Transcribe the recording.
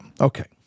Okay